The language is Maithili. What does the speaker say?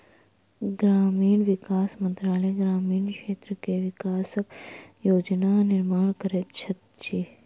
ग्रामीण विकास मंत्रालय ग्रामीण क्षेत्र के विकासक योजना निर्माण करैत अछि